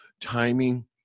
Timing